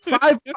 five